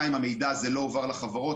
ב', המידע הזה לא הועבר לחברות.